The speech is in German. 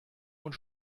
und